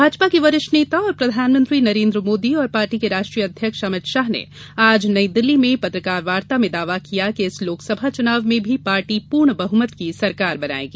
भाजपा के वरिष्ठ नेता और प्रधानमंत्री नरेन्द्र मोदी और पार्टी के राष्ट्रीय अध्यक्ष अमित शाह ने आज नई दिल्ली में पत्रकार वार्ता में दावा किया कि इस लोकसभा चुनाव में भी पार्टी पूर्ण बहुमत की सरकार बनाएगी